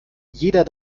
jeder